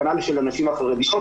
כנ"ל של הנשים החרדיות,